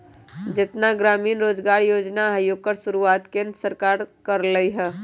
जेतना ग्रामीण रोजगार योजना हई ओकर शुरुआत केंद्र सरकार कर लई ह